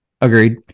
Agreed